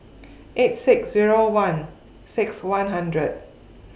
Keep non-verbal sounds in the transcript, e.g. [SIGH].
[NOISE] eight six Zero one six one hundred